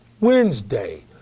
Wednesday